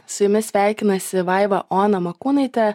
su jumis sveikinasi vaiva ona makūnaitė